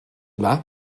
yma